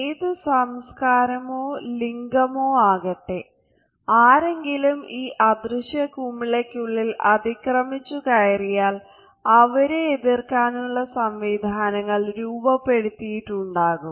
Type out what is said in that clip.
ഏത് സംസ്കാരമോ ലിംഗമോ ആകട്ടെ ആരെങ്കിലും ഈ അദൃശ്യ കുമിളക്കുള്ളിൽ അതിക്രമിച്ചു കയറിയാൽ അവരെ എതിർക്കാനുള്ള സംവിധാനങ്ങൾ രൂപപ്പെടുത്തിയിട്ടുണ്ടാകും